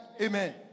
Amen